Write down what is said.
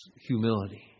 humility